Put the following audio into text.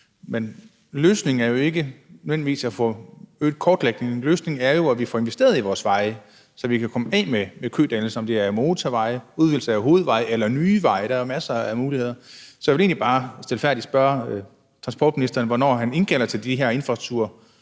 Men løsningen er jo ikke nødvendigvis at få øget kortlægningen. Løsningen er jo, at vi får investeret i vores veje, så vi kan komme af med kødannelse, om det så er investeringer i motorveje, udvidelse af hovedveje eller nye veje – der er jo masser af muligheder. Så jeg vil egentlig bare stilfærdigt spørge transportministeren, hvornår han indkalder til de her infrastrukturforhandlinger.